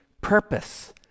purpose